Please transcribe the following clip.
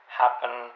happen